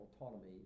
autonomy